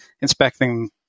inspecting